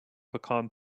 pecan